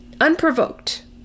unprovoked